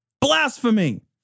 Blasphemy